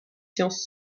sciences